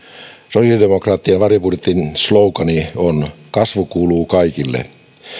sosiaalidemokraattien varjobudjetin slogan on kasvu kuuluu kaikille